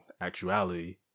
actuality